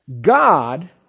God